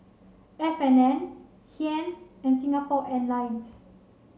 F and N Heinz and Singapore Airlines